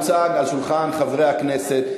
הוצג על שולחן חברי הכנסת,